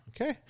Okay